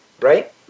right